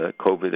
COVID